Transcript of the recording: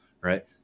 right